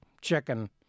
chicken